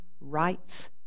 rights